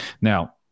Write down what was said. Now